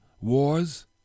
wars